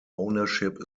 ownership